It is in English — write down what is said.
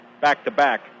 back-to-back